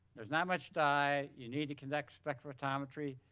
there's not much dye. you need to conduct spectrophotometry.